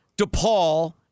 DePaul